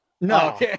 no